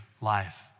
life